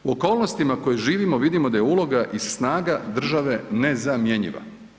U okolnostima u kojima živimo vidimo da je uloga i snaga države nezamjenjiva.